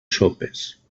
sopes